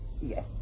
Yes